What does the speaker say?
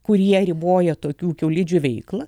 kurie riboja tokių kiaulidžių veiklą